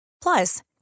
Plus